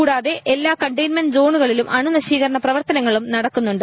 കൂടാതെ എല്ലാ കണ്ടെയിൻമെന്റ് സോണുകളിലും അണുനശീകരണ പ്രവർത്തനങ്ങളും നടക്കുന്നുണ്ട്